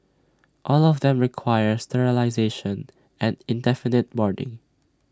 all of them require sterilisation and indefinite boarding